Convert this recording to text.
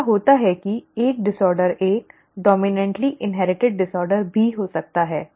ऐसा होता है कि एक विकार एक डामनन्ट्ली इन्हेरिटिड विकार भी हो सकता है